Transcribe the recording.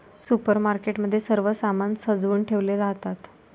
supermarket मध्ये सर्व सामान सजवुन ठेवले राहतात